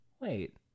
Wait